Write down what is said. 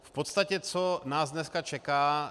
V podstatě co nás dneska čeká?